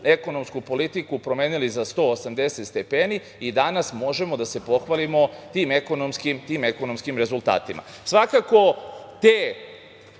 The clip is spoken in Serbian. ekonomsku politiku promenili za 180 stepeni i danas možemo da se pohvalimo tim ekonomskim rezultatima. Svakako da